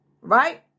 right